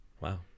Wow